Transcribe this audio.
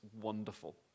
wonderful